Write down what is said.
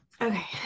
Okay